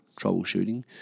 troubleshooting